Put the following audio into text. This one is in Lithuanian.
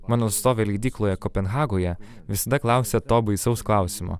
mano stovi leidykloje kopenhagoje visada klausia to baisaus klausimo